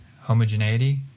homogeneity